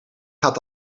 gaat